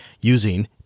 using